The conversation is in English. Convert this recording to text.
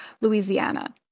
Louisiana